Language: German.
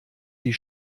die